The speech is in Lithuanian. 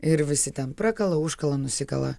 ir visi ten prakala užkala nusikala